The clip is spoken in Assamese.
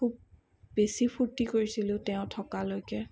খুব বেছি ফুৰ্তি কৰিছিলোঁ তেওঁ থকালৈকে